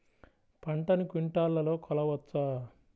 పంటను క్వింటాల్లలో కొలవచ్చా?